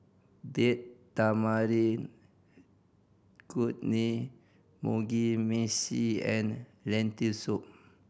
Date Tamarind Chutney Mugi Meshi and Lentil Soup